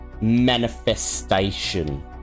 manifestation